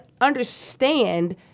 understand